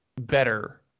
better